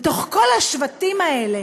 בתוך כל השבטים האלה,